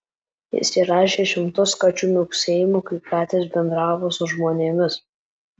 jis įrašė šimtus kačių miauksėjimų kai katės bendravo su žmonėmis